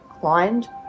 climbed